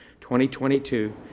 2022